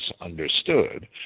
understood